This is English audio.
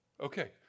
Okay